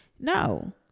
no